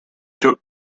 took